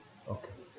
oh